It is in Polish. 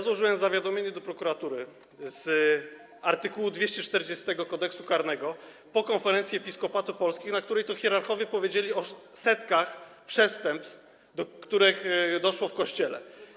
Złożyłem zawiadomienie do prokuratury z art. 240 Kodeksu karnego po konferencji Episkopatu Polski, na której to hierarchowie powiedzieli o setkach przestępstw, do których doszło w Kościele.